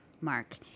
Mark